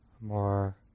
more